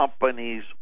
companies